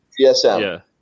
GSM